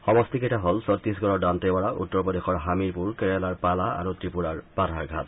সমষ্টিকেইটা হ'ল চট্টীছগড়ৰ দান্তেৱাড়া উত্তৰ প্ৰদেশৰ হামিৰপুৰ কেৰালাৰ পালা আৰু ত্ৰিপুৰাৰ বাধাৰঘাট